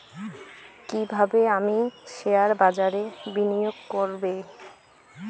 কিভাবে আমি শেয়ারবাজারে বিনিয়োগ করবে?